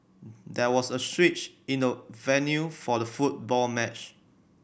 there was a switch in the venue for the football match